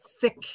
thick